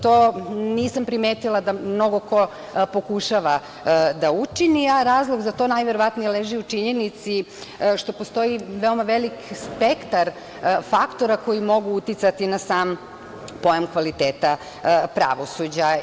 To nisam primetila da mnogo ko pokušava da učini, a razlog za to najverovatnije leži u činjenici što postoji veoma veliki spektar faktora koji mogu uticati na sam pojam kvaliteta pravosuđa.